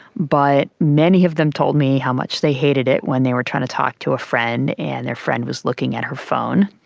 but many of them told me how much they hated it when they were trying to talk to a friend and their friend was looking at her phone.